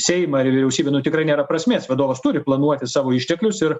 seimą ar į vyriausybę nu tikrai nėra prasmės vadovas turi planuoti savo išteklius ir